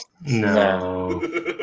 No